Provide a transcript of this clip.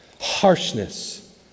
harshness